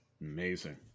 amazing